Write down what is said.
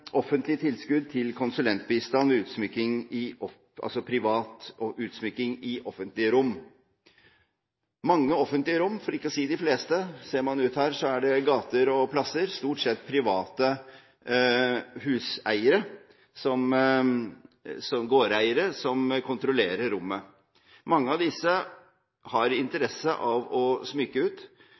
offentlig tilskudd til konsulentbistand og privat utsmykning i offentlige rom. Mange offentlige rom – for ikke å si de fleste når man ser ut her på gater og plasser – er det private gårdeiere som kontrollerer. Mange av disse har interesse av å smykke ut,